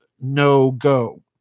no-go